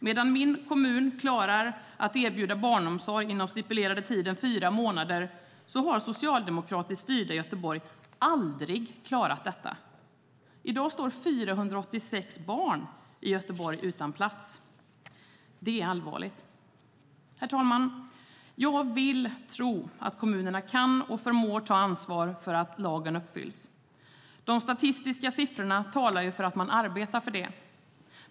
Medan min hemkommun klarar att erbjuda barnomsorg inom stipulerade tiden fyra månader har det socialdemokratiskt styrda Göteborg aldrig klarat detta. I dag står 486 barn i Göteborg utan plats. Det är allvarligt. Herr talman! Jag vill tro att kommunerna kan och förmår ta ansvar för att lagen uppfylls. De statistiska siffrorna talar för att man arbetar för det.